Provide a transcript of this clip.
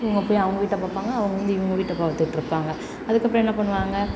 இவங்க போய் அவங்க வீட்டை பார்ப்பாங்க அவங்க வந்து இவங்க வீட்டை பார்த்துட்ருப்பாங்க அதுக்கப்புறம் என்ன பண்ணுவாங்க